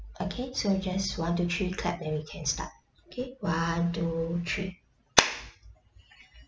okay so we just one two three clap then we can start okay one two three